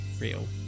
real